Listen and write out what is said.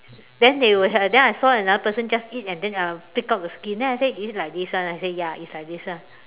then they will then I saw another person just eat and then uh take out the skin then I say is it like this [one] and I say ya it's like this [one]